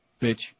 Bitch